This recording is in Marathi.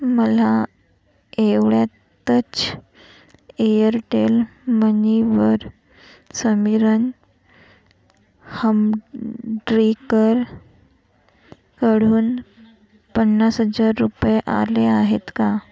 मला एवढ्यातच एअरटेल मनीवर समीरन हंड्रीकर कडून पन्नास हजार रुपये आले आहेत का